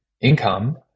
income